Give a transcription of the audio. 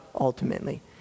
ultimately